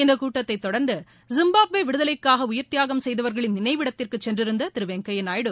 இந்தக் கூட்டத்தை தொடர்ந்து ஜிம்பாப்வே விடுதலைக்காக உயிர்த்தியாகம் செய்தவர்களின் நிளைவிடத்திற்கு சென்றிருந்த திரு வெங்கையா நாயுடு